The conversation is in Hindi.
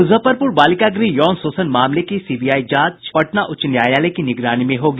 मुजफ्फरपुर बालिका गृह यौन शोषण मामले की सीबीआई जांच पटना उच्च न्यायालय की निगरानी में होगी